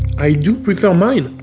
i do prefer mine.